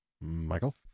Michael